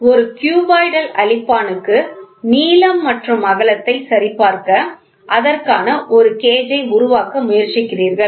நீங்கள் ஒரு க்யூபாய்டல் அழிப்பானுக்கு நீளம் மற்றும் அகலத்தை சரிபார்க்க அதற்கான ஒரு கேஜ் ஐ உருவாக்க முயற்சிக்கிறீர்கள்